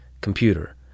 computer